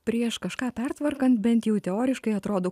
prieš kažką pertvarkant bent jau teoriškai atrodo